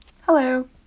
Hello